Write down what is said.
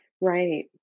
Right